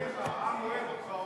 רק אליך, העם אוהב אותך,